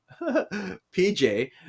PJ